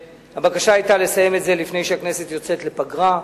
הבקשה היתה לסיים את זה לפני שהכנסת יוצאת לפגרה.